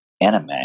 anime